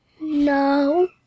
No